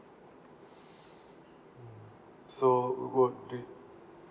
mm so what do